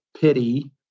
pity